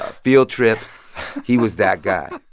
ah field trips he was that guy.